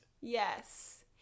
Yes